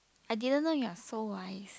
I didn't know you are so wise